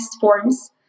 forms